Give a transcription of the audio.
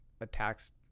attacks